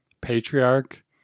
patriarch